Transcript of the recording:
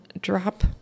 drop